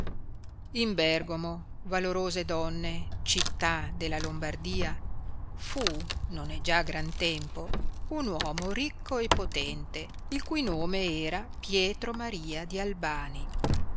in bergomo valorose donne città della lombardia fu non è già gran tempo un uomo ricco e potente il cui nome era pietromaria di albani